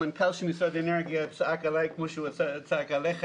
מנכ"ל משרד האנרגיה צעק עלי כמו שהוא צעק עליך